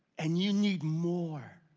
and you need more.